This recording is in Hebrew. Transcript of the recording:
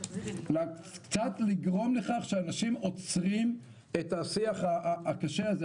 קצת לגרום לכך שאנשים עוצרים את השיח הקשה הזה.